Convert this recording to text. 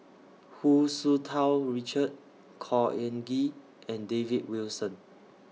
Hu Tsu Tau Richard Khor Ean Ghee and David Wilson